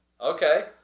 Okay